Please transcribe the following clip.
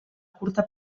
curta